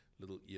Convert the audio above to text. little